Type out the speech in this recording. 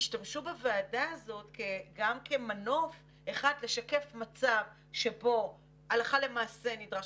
תשתמשו בוועדה הזאת כמנוף לשקף מצב שבו הלכה למעשה נדרש